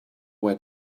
where